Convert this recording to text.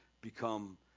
become